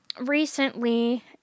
Recently